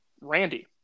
Randy